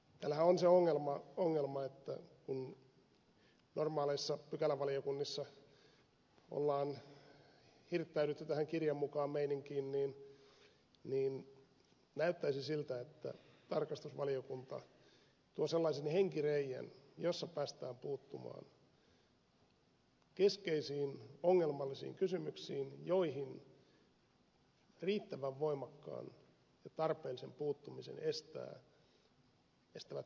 täällähän on se ongelma että kun normaaleissa pykälävaliokunnissa on hirttäydytty tähän kirjan mukaan meininkiin niin näyttäisi siltä että tarkastusvaliokunta tuo sellaisen henkireiän jossa päästään puuttumaan keskeisiin ongelmallisiin kysymyksiin joihin riittävän voimakkaan ja tarpeellisen puuttumisen estävät poliittiset esteet